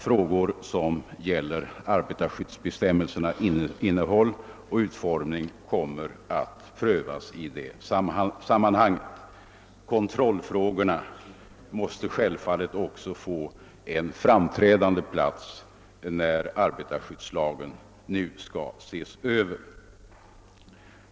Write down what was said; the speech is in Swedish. Frågor som gäller arbetarskyddsbestämmelsernas innehåll och utformning kommer att prövas i det sammanhanget. Kontrollfrågorna måste självfallet också få en framträdande plats när arbetarskyddslagen nu skall ses över.